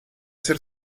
ser